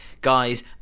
Guys